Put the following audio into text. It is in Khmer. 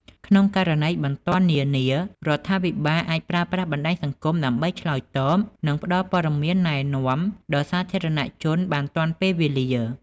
ក្នុងករណីបន្ទាន់នានា រដ្ឋាភិបាលអាចប្រើប្រាស់បណ្ដាញសង្គមដើម្បីឆ្លើយតប និងផ្ដល់ព័ត៌មានណែនាំដល់សាធារណជនបានទាន់ពេលវេលា។